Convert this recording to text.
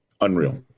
Unreal